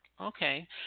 Okay